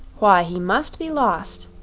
why, he must be lost,